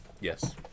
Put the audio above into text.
yes